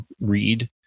read